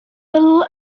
well